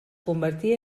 convertí